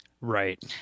Right